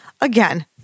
Again